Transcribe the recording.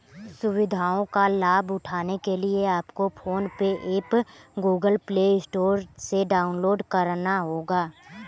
सुविधाओं का लाभ उठाने के लिए आपको PhonePe app Google play store से डाउनलोड करना होगा